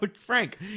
Frank